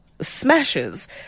Smashes